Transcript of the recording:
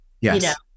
Yes